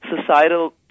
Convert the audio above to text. societal